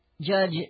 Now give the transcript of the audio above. Judge